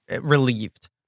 relieved